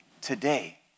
today